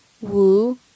woo